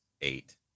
eight